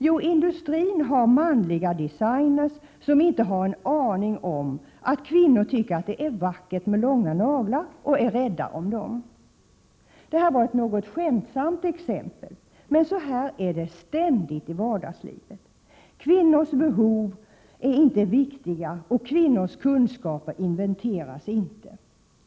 Jo, industrin har uppenbart manliga designer som inte har en aning om att kvinnor tycker att det är vackert med långa naglar och är rädda om dem. Det här var ett något skämtsamt exempel, men på det här sättet är det ständigt i vardagslivet. Kvinnors behov och kunskaper inventeras inte.